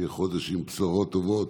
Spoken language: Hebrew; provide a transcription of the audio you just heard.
שיהיה חודש עם בשורות טובות,